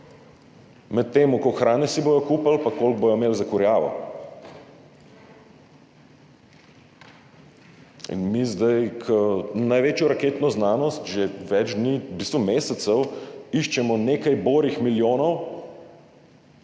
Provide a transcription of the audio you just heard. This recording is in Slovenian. med tem, koliko hrane si bodo kupili, pa koliko bodo imeli za kurjavo. In mi zdaj kot največjo raketno znanost že več dni, v bistvu mesecev iščemo nekaj borih milijonov